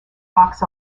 box